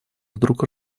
вдруг